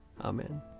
Amen